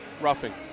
roughing